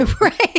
Right